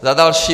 Za další.